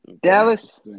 Dallas